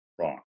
wrong